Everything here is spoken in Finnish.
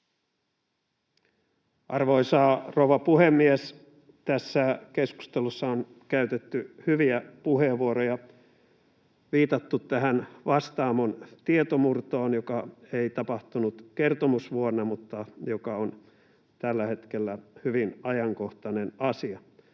Arvoisa rouva puhemies! Tässä keskustelussa on käytetty hyviä puheenvuoroja ja viitattu tähän Vastaamon tietomurtoon, joka ei tapahtunut kertomusvuonna mutta joka on tällä hetkellä hyvin ajankohtainen asia.